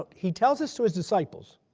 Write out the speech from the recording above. he tells this to his disciples.